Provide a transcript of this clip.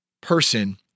person